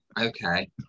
okay